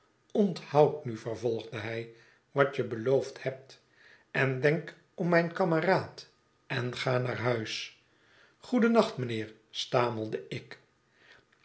onthoud nu vervolgde hij wat jebeloofd hebt en denk om mijn kameraad en ga naar huis goedennacht mynheer l stamelde ik